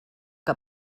que